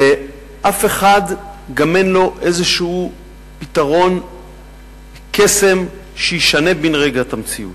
ואף אחד גם אין לו איזה פתרון קסם שישנה בן-רגע את המציאות.